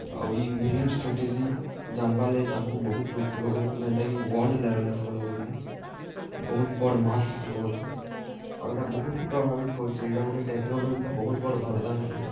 ଆଉ ଇ winning strategy ଜାନ୍ବାର୍ ଲାଗି ତାଙ୍କୁ ବହୁତ୍ ଲୋକ୍ ଫଲୋ କରୁଚନ୍ ଯେନ୍ଟାକି ୱାର୍ଲଡ୍ ଲେଭେଲ୍ରେ ଫଲୋ କରୁଚନ୍ ବହୁତ୍ ବଡ଼୍ ମାସ୍ ଫଲୋ କରୁଚନ୍ ଆଉ ଇଟା ବହୁତ୍ ହି ପ୍ରଭାବିତ୍ କରୁଛେ ଇଟା ଗୋଟେ ଟେକ୍ନୋଲୋଜିର ବହୁତ୍ ବଡ଼୍ ବର୍ଦାନ୍ ହେଇଛେ